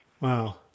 Wow